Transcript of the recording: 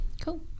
Cool